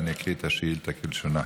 ואני אקריא את השאילתה כלשונה: